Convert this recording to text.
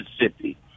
mississippi